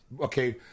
okay